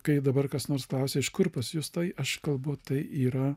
kai dabar kas nors klausia iš kur pas jus tai aš kalbu tai yra